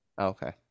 Okay